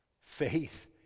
Faith